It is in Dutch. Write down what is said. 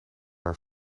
haar